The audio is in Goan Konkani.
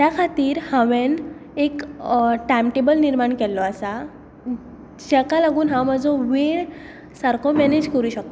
त्या खातीर हांवें एक टायमटॅबल निर्माण केल्लो आसा जाका लागून हांव म्हजो वेळ सारको मॅनेज करूंक शकतां